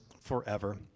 forever